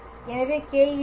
எனவே κn̂